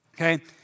Okay